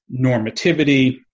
normativity